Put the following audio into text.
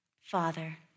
Father